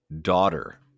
daughter